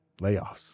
layoffs